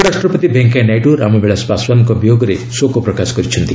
ଉପରାଷ୍ଟ୍ରପତି ଭେଙ୍କିୟା ନାଇଡ଼ୁ ରାମବିଳାସ ପାଶଓ୍ୱାନ୍ଙ୍କ ବିୟୋଗରେ ଶୋକ ପ୍ରକାଶ କରିଛନ୍ତି